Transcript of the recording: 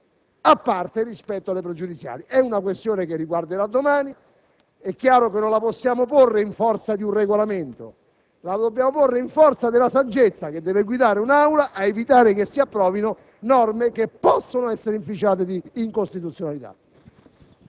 a parte rispetto alle pregiudiziali. È una questione che riguarderà la giornata di domani; è chiaro che la questione non la possiamo porre in forza di un Regolamento, ma la dobbiamo porre in forza della saggezza che deve guidare un'Aula nell'evitare che si approvino norme che possono essere inficiate da incostituzionalità.